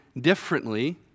differently